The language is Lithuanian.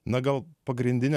na gal pagrindinė